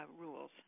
rules